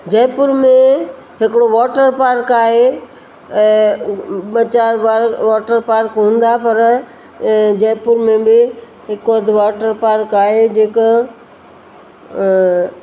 जयपुर में हिकिड़ो water park आहे ॿ चारि बार वॉटर पार्क हूंदा पर जयपुर में हिकु अधु वॉटर पार्क आहे जेका